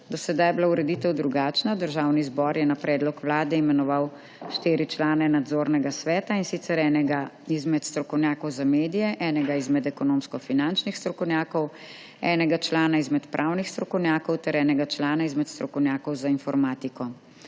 Do sedaj je bila ureditev drugačna. Državni zbor je na predlog Vlade imenoval štiri člane Nadzornega sveta, in sicer enega izmed strokovnjakov za medije, enega izmed ekonomsko-finančnih strokovnjakov, enega člana izmed pravnih strokovnjakov ter enega člana izmed strokovnjakov za informatiko,